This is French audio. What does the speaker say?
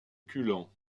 culan